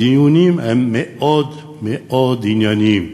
הדיונים הם מאוד מאוד ענייניים,